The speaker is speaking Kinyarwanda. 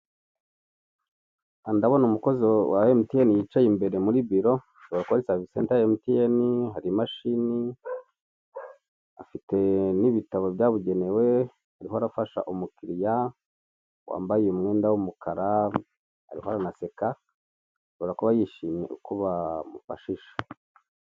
Aha ndabona umukozi wa emutiyene wicaye muri biro ashobora kuba ari savisi senta ya emutiyene, hari imashini n'ibitabo byabugenewe, arimo arafasha umukiriya wambaye umwenda w'umukara arimo araseka ashobora kuba yishimiye ko bamufashije.